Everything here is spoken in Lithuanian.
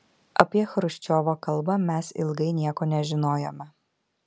apie chruščiovo kalbą mes ilgai nieko nežinojome